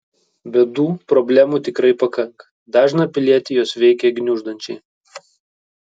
bėdų problemų tikrai pakanka dažną pilietį jos veikia gniuždančiai